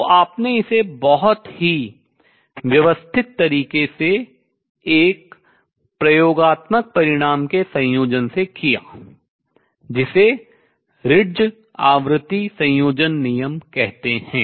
तो आपने इसे बहुत ही व्यवस्थित तरीके से एक प्रयोगात्मक परिणाम के संयोजन से किया जिसे रिट्ज आवृत्ति संयोजन नियम कहते हैं